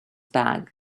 bag